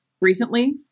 recently